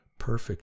perfect